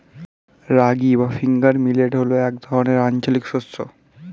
রাগী বা finger millet হল এক ধরনের আঞ্চলিক শস্য